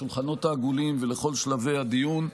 לשולחנות העגולים ולכל שלבי הדיון.